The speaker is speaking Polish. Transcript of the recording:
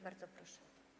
Bardzo proszę.